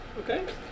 Okay